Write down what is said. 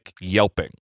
yelping